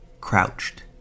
crouched